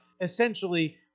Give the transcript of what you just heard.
essentially